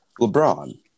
LeBron